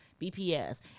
BPS